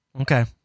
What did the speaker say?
Okay